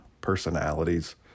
personalities